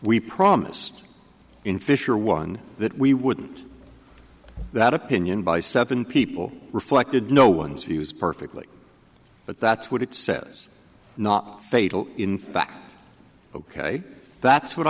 we promised in fisher one that we wouldn't that opinion by seven people reflected no one's views perfectly but that's what it says not fatal in fact ok that's what